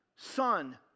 Son